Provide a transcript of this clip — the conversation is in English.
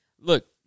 Look